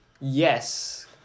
Yes